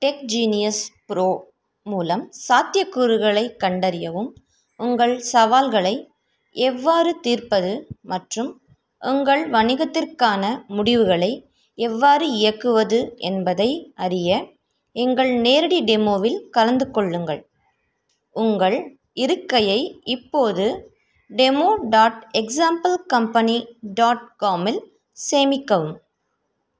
TechGenius pro மூலம் சாத்தியக்கூறுகளைக் கண்டறியவும் உங்கள் சவால்களை எவ்வாறு தீர்ப்பது மற்றும் உங்கள் வணிகத்திற்கான முடிவுகளை எவ்வாறு இயக்குவது என்பதை அறிய எங்கள் நேரடி டெமோவில் கலந்து கொள்ளுங்கள் உங்கள் இருக்கையை இப்போது demo dot example company dot காமில் சேமிக்கவும்